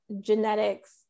genetics